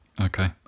Okay